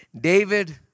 David